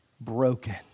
broken